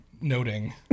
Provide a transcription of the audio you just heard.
noting